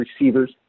receivers